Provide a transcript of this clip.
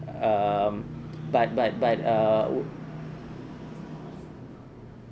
um but but but err